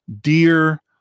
dear